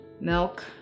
milk